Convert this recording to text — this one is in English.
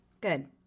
Good